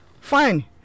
fine